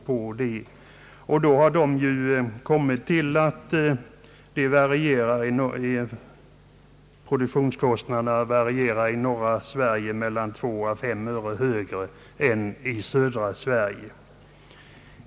Utredningen har funnit att produktionskostnaderna i norra Sverige ligger mellan 2 och 5 öre högre än kostnaderna i södra Sverige.